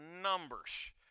numbers